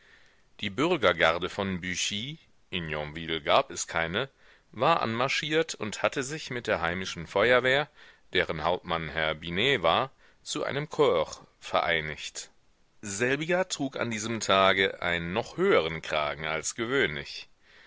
die bürgergarde von büchy in yonville gab es keine war anmarschiert und hatte sich mit der heimischen feuerwehr deren hauptmann herr binet war zu einem korps vereinigt selbiger trug an diesem tage einen noch höheren kragen als gewöhnlich